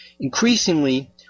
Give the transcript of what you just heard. Increasingly